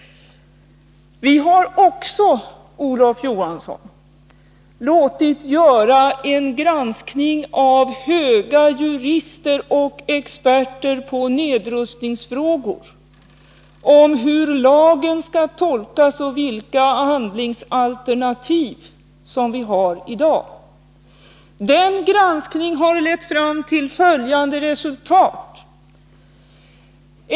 Vi har också, Olof Johansson, låtit höga jurister och experter på nedrustningsfrågor göra en granskning av hur lagen skall tolkas och vilka handlingsalternativ vi har i dag. Den granskningen har nu lett fram till följande resultat.